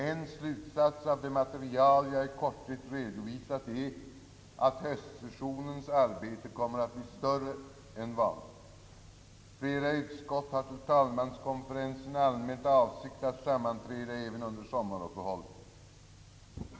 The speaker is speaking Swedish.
En slutsats av det material jag i korthet redovisat är att höstsessionens arbete kommer att bli större än vanligt. Flera utskott har till talmanskonferensen anmält avsikt att sammanträda även under sommaruppehållet.